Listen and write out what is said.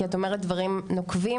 כי את אומרת דברים נוקבים,